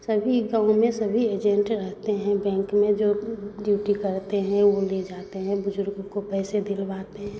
सभी गाँव में सभी एजेंट रहते हैं बैंक में जो ड्यूटी करते हैं वह ले जाते हैं बुज़ुर्ग को पैसे दिलवाते हैं